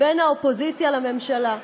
בין האופוזיציה לממשלה.